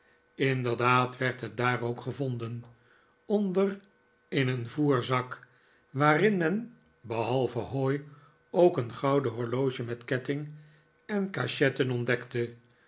inderdaad werd het daar ook gevohden onder in een voerzak waarin men behalve hooi ook een gouden horloge met ketting en cachetten ontdekte